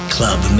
Club